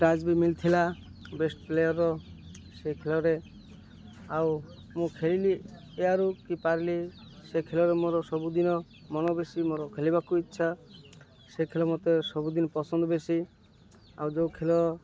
ପ୍ରାଇଜ୍ବି ମିଲଥିଲା best player ସେ ଖେଳରେ ଆଉ ମୁଁ ଖେଳିଲି ୟାରୁ କି ପାରିଲି ସେ ଖେଳରେ ମୋର ସବୁଦିନ ମନ ବେଶୀ ମୋର ଖେଳିବାକୁ ଇଚ୍ଛା ସେ ଖେଳ ମତେ ସବୁଦିନ ପସନ୍ଦ ବେଶୀ ଆଉ ଯେଉଁ ଖେଳ